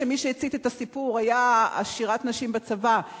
שמי שהצית את הסיפור היה שירת הנשים בצבא,